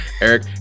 Eric